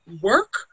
work